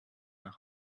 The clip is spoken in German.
nach